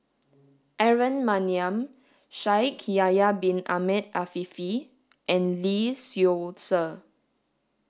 Aaron Maniam Shaikh Yahya bin Ahmed Afifi and Lee Seow Ser